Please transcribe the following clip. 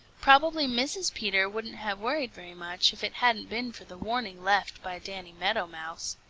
probably mrs. peter wouldn't have worried very much if it hadn't been for the warning left by danny meadow mouse.